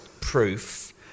proof